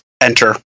Enter